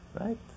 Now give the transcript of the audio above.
Right